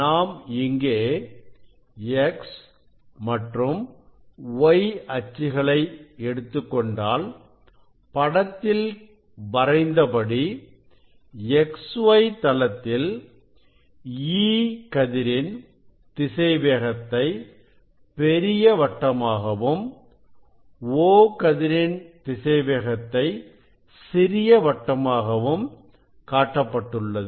நாம் இங்கே X மற்றும் Y அச்சுகளை எடுத்துக்கொண்டால் படத்தில் வரைந்தபடி XY தளத்தில் E கதிரின் திசைவேகத்தை பெரிய வட்டமாகவும் O கதிரின் திசைவேகத்தை சிறிய வட்டமாகவும் காட்டப்பட்டுள்ளது